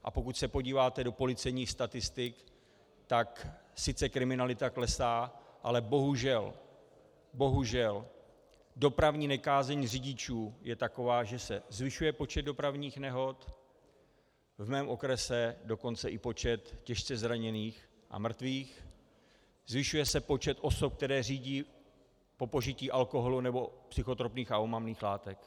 A pokud se podíváte do policejních statistik, tak sice kriminalita klesá, ale bohužel, bohužel, dopravní nekázeň řidičů je taková, že se zvyšuje počet dopravních nehod, v mém okrese dokonce i počet těžce zraněných a mrtvých, zvyšuje se počet osob, které řídí po požití alkoholu nebo psychotropních a omamných látek.